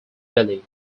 belly